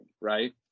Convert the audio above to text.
right